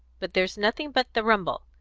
but there's nothing but the rumble,